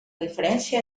diferència